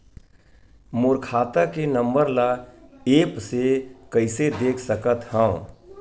मोर खाता के नंबर ल एप्प से कइसे देख सकत हव?